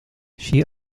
she